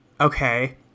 Okay